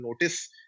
notice